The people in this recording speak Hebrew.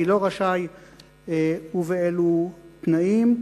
מי לא רשאי ובאילו תנאים.